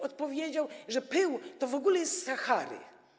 Odpowiedział, że pył to w ogóle jest z Sahary.